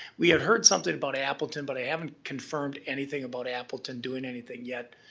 we had heard something about appleton, but i haven't confirmed anything about appleton doing anything yet.